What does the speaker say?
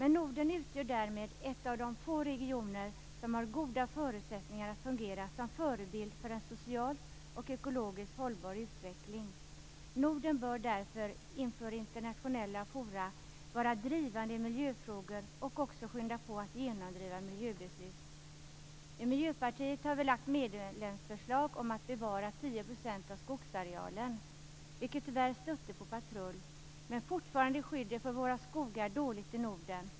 Norden utgör därmed en av de få regioner som har goda förutsättningar att fungera som förebild för en socialt och ekologiskt hållbar utveckling. Norden bör därför inför internationella fora vara drivande i miljöfrågor och också skynda på genomdrivandet av miljöbeslut. I Miljöpartiet har vi lagt fram medlemsförslag om att 10 % av skogsarealen skall bevaras, något som tyvärr stötte på patrull. Fortfarande är skyddet för våra skogar dåligt i Norden.